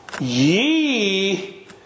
Ye